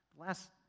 Last